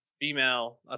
female